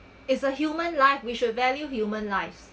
is a human life we should value human lives